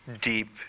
deep